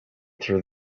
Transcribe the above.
through